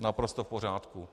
Naprosto v pořádku.